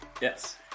Yes